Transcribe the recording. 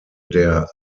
der